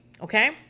Okay